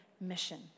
mission